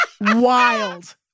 Wild